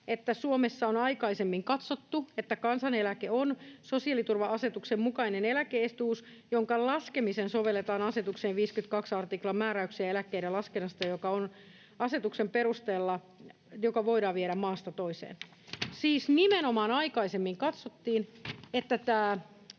— Suomessa on aikaisemmin katsottu, että kansaneläke on sosiaaliturva-asetuksen mukainen eläke-etuus, jonka laskemiseen sovelletaan asetuksen 52 artiklan määräyksiä eläkkeiden laskennasta ja joka asetuksen perusteella voidaan viedä maasta toiseen. Siis nimenomaan aikaisemmin katsottiin, että